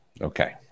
Okay